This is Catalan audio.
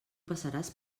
passaràs